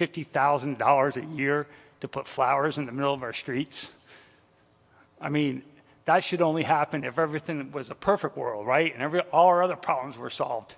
fifty thousand dollars a year to put flowers in the middle of our street i mean that should only happen if everything was a perfect world right and every all our other problems were solved